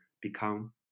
become